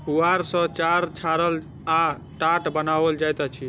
पुआर सॅ चार छाड़ल आ टाट बनाओल जाइत अछि